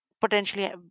potentially